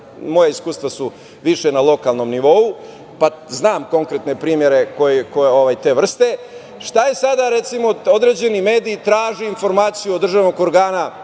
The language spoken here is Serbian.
moja iskustva su više na lokalnom nivou, pa znam konkretne primere te vrste. Šta je sada, recimo, određeni medij traži informaciju od državnog organa